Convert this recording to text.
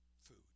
food